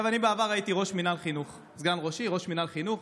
בעבר הייתי סגן ראש עיר, ראש מינהל חינוך,